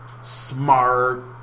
smart